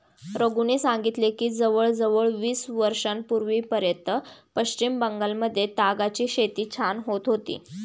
रघूने सांगितले की जवळजवळ वीस वर्षांपूर्वीपर्यंत पश्चिम बंगालमध्ये तागाची शेती छान होत होती